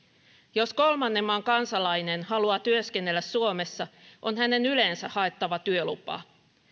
jos kolmannen maan kansalainen haluaa työskennellä suomessa on hänen yleensä haettava työlupaa